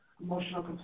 Emotional